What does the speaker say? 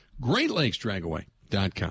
GreatLakesDragaway.com